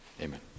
Amen